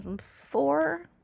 four